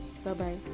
Bye-bye